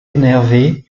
énervé